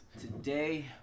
Today